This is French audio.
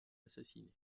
assassinée